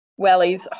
Wellies